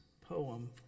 poem